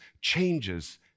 changes